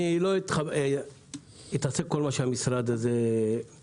אני לא אתעסק בכל מה שהמשרד הזה עושה,